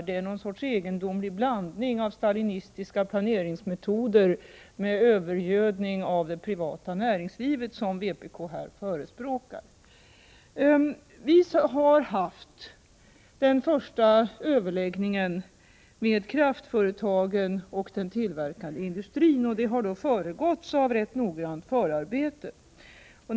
Det är någon sorts egendomlig blandning av stalinistiska planeringsmetoder och övergödning av det privata näringslivet som vpk här förespråkar. Vi har haft den första överläggningen med kraftföretagen och den tillverkande industrin, och den har föregåtts av ett noggrant förarbete.